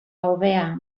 hobea